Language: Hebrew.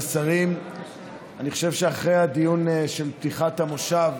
אני זוכר את עצמי, כשהגענו לארץ ב-1994,